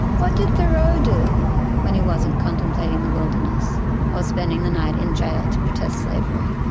what did thoreau do when he wasn't contemplating the wilderness or spending the night in jail to protest slavery?